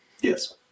Yes